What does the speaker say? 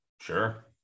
Sure